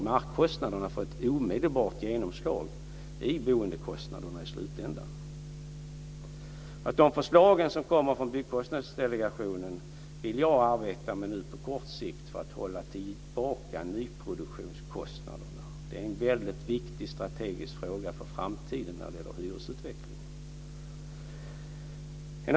Markkostnaderna får ett omedelbart genomslag i boendekostnaderna i slutändan. De förslag som kommer från Byggkostnadsdelegationen vill jag nu arbeta med på kort sikt för att hålla tillbaka nyproduktionskostnaderna. Det är en väldigt viktig strategisk fråga för framtiden när det gäller hyresutvecklingen.